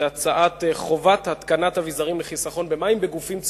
את הצעת חוק חובת התקנת אביזרים לחיסכון במים בגופים ציבוריים.